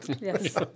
Yes